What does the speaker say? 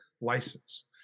license